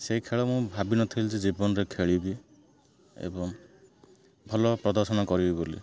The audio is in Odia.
ସେଇ ଖେଳ ମୁଁ ଭାବିନଥିଲି ଯେ ଜୀବନରେ ଖେଳିବି ଏବଂ ଭଲ ପ୍ରଦର୍ଶନ କରିବି ବୋଲି